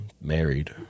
married